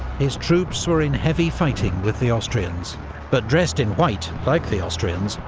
his troops were in heavy fighting with the austrians but dressed in white, like the austrians,